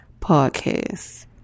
Podcast